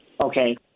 Okay